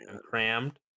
crammed